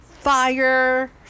Fire